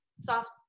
soft